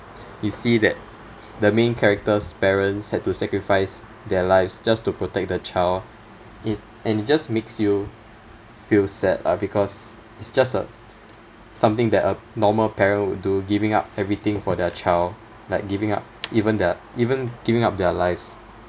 you see that the main character's parents had to sacrifice their lives just to protect the child it and it just makes you feel sad uh because it's just a something that a normal parent would do giving up everything for their child like giving up even their even giving up their lives